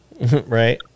Right